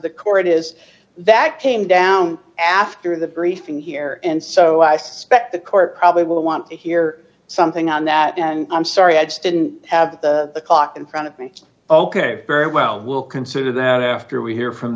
the court is that came down after the briefing here and so i suspect the court probably will want to hear something on that and i'm sorry i just didn't have the clock in front of me ok very well we'll consider that after we hear from